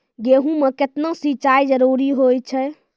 गेहूँ म केतना सिंचाई जरूरी होय छै?